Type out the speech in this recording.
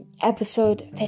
Episode